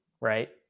right